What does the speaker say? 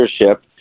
leadership